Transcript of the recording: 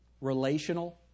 relational